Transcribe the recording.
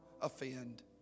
offend